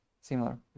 similar